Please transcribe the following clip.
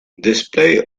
display